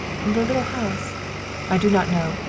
the little house i do not know.